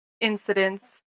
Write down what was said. incidents